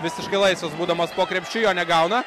visiškai laisvas būdamas po krepšiu jo negauna